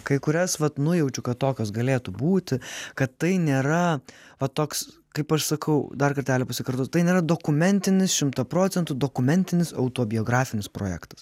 kai kurias vat nujaučiu kad tokios galėtų būti kad tai nėra va toks kaip aš sakau dar kartelį pasikartosiu tai nėra dokumentinis šimtą procentų dokumentinis autobiografinis projektas